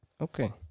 Okay